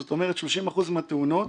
זאת אומרת 30% מהתאונות